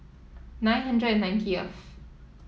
nine hundred and ninetieth